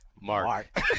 Mark